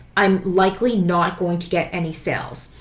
i am likely not going to get any sales.